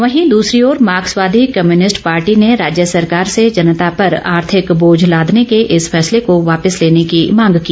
वहीं दूसरी ओर मार्क्सवादी कम्युनिस्ट पार्टी ने राज्य सरकार से जनता पर आर्थिक बोझ लादने के इस फैसले को वापिस लेने की मांग की